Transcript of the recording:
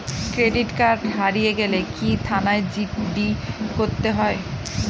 Credit card হারিয়ে গেলে কি থানায় জি.ডি করতে হয়?